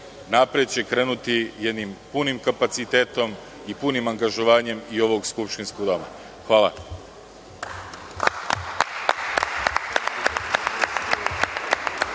napred će krenuti jednim punim kapacitetom i punim angažovanjem i ovog skupštinskog doma. Hvala.